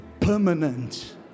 permanent